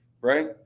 right